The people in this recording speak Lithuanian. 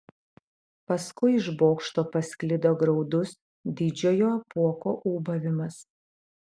paskui iš bokšto pasklido graudus didžiojo apuoko ūbavimas